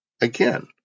Again